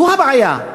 זו הבעיה.